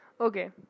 Okay